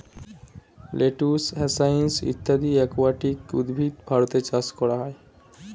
lettuce, hyacinth ইত্যাদি aquatic উদ্ভিদ ভারতে চাষ করা হয়